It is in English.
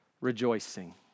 rejoicing